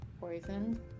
Poison